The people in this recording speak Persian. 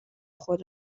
خود